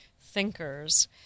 thinkers